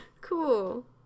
Cool